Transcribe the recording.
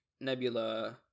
Nebula